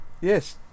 Yes